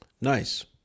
Nice